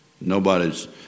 Nobody's